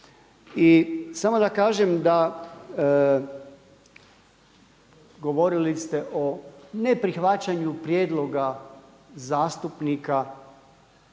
I samo da kažem da, govorili ste o neprihvaćanju prijedlog zastupnika,